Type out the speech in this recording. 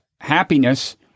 happiness